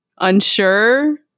unsure